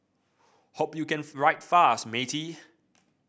hope you can write fast matey